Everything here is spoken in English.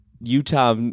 Utah